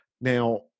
Now